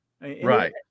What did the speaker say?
Right